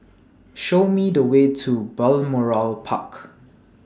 Show Me The Way to Balmoral Park